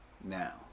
now